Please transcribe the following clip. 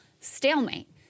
stalemate